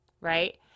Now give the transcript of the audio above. right